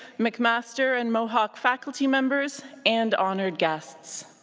mcmaster and mohawk faculty members, and honoured guests.